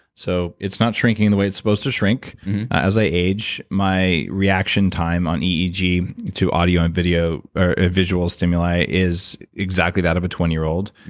so it's not shrinking the way it's supposed to shrink mm-hmm as i age, my reaction time on eeg to audio and video ah visual stimuli is exactly that of a twenty year old.